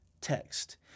Text